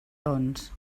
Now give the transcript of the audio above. doncs